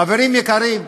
חברים יקרים,